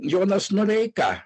jonas noreika